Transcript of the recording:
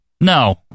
No